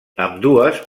ambdues